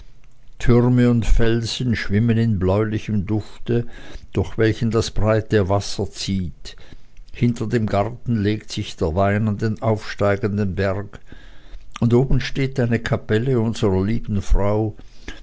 türme und felsen schwimmen in bläulichem dufte durch welchen das breite wasser zieht hinter dem garten legt sich der wein an den aufsteigenden berg und oben steht eine kapelle unserer lieben frau